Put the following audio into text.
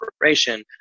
operation